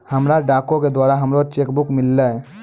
हमरा डाको के द्वारा हमरो चेक बुक मिललै